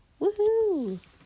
Woohoo